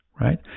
right